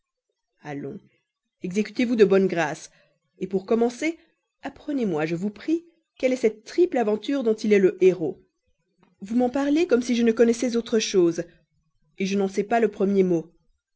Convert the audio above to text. exécutez vous de bonne grâce pour commencer apprenez-moi je vous prie quelle est cette triple aventure dont il est le héros vous m'en parlez comme si je ne connaissais autre chose je n'en sais pas le premier mot